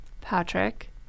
Patrick